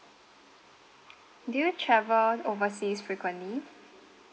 do you travel overseas frequently